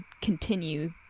continue